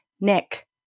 Nick